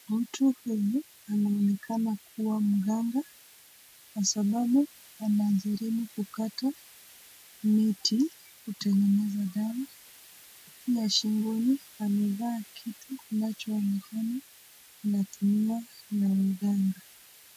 Mtu huyu anaonekana kuwa mganga kwa sababu anajaribu kukata miti kutengeneza dawa. Pia shingoni amevaa kitu kinachoonekana kinatumiwa na waganga.